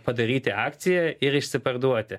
padaryti akcija ir išsiparduoti